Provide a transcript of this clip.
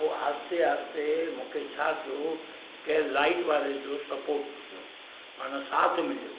पोइ आहिस्ते आहिस्ते मूंखे छा थियो कंहिं लाइट वारे जो सपोर्ट कयो माना साथ में हो